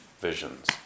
visions